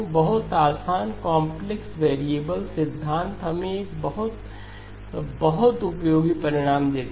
बहुत आसान complex variable सिद्धांत हमें एक बहुत बहुत उपयोगी परिणाम देता है